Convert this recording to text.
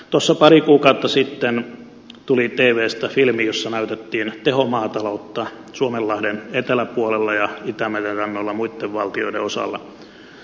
pari kuukautta sitten tuli tvstä filmi jossa näytettiin tehomaataloutta suomenlahden eteläpuolella ja itämeren rannalla muitten valtioiden osalla